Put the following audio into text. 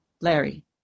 Larry